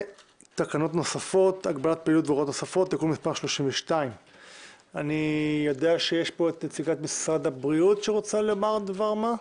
ותקנות נוספות הגבלת פעילות והוראות נוספות (תיקון מס' 32). אני יודע שיש פה את נציגת משרד הבריאות שרוצה לומר דבר מה.